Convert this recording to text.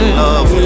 love